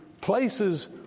places